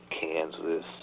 Kansas